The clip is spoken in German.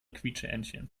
quietscheentchen